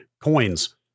coins